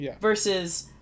Versus